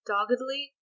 Doggedly